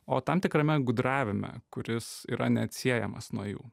o tam tikrame gudravime kuris yra neatsiejamas nuo jų